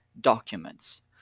documents